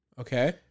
Okay